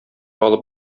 алып